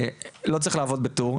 לא צריך לעבוד בטור,